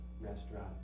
restaurant